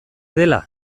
dela